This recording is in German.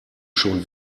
schon